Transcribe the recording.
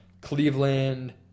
Cleveland